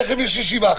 תכף יש ישיבה.